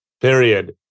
period